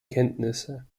kenntnisse